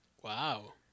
Wow